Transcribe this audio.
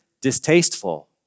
distasteful